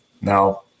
Now